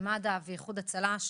מד"א ואיחוד הצלה,